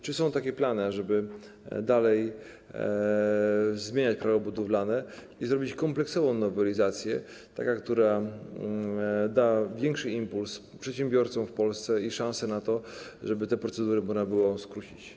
Czy są takie plany, ażeby dalej zmieniać Prawo budowlane i zrobić kompleksową nowelizację - taką, która da większy impuls przedsiębiorcom w Polsce i szansę na to, żeby te procedury można było skrócić?